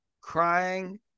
crying